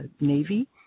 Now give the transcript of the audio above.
Navy